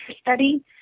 study